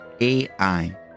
AI